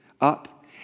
up